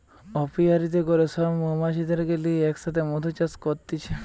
অপিয়ারীতে করে সব মৌমাছিদেরকে লিয়ে এক সাথে মধু চাষ করতিছে